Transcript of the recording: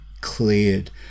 cleared